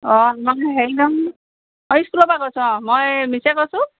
অঁ নহয় হেৰি নহয় অঁ ইস্কুলৰ পৰা কৈছোঁ অঁ মই মিছে কৈছোঁ